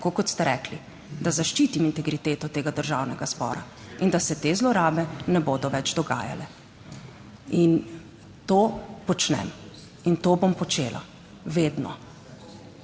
tako kot ste rekli, da zaščitim integriteto tega Državnega zbora, in da se te zlorabe ne bodo več dogajale. In to počnem in to bom počela, vedno.